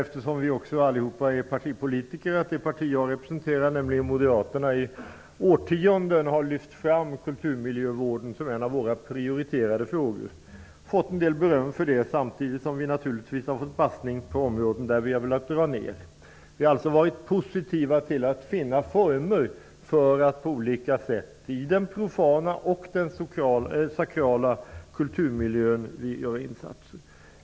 Eftersom vi alla är partipolitiker vill jag säga att det parti som jag representerar, Moderata samlingspartiet, i årtionden har lyft fram kulturmiljövården som en av våra prioriterade frågor. Vi har fått en del beröm för det, samtidigt som vi naturligtvis också fått bassning på områden där vi har velat dra ner. Vi har alltså varit positiva till att finna former för att på olika sätt i den profana och den sakrala kulturmiljön göra insatser.